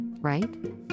right